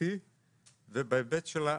הבטיחותי ובהיבט של העיסוק.